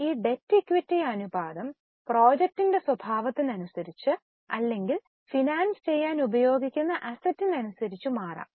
ഈ debt equity അനുപാതം പ്രോജക്റ്റിന്റെ സ്വഭാവത്തിന് അനുസരിച് അല്ലെങ്കിൽ ഫിനാൻസ് ചെയ്യാൻ ഉപയോഗിക്കുന്ന അസ്സെറ്റിനു അനുസരിച്ചു മാറാം